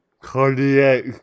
cardiac